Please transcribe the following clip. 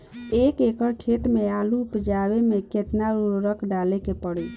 एक एकड़ खेत मे आलू उपजावे मे केतना उर्वरक डाले के पड़ी?